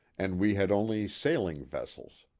and we had only sailing vessels.